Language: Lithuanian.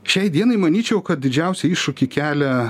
šiai dienai manyčiau kad didžiausią iššūkį kelia